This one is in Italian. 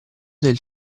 del